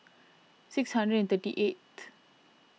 six hundred and thirty eight